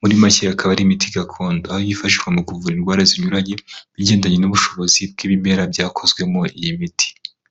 muri makekaba ari imiti gakondo, aho yifashishwa mu kuvura indwara zinyuranye bigendanye n'ubushobozi bw'ibimera byakozwemo iyi miti.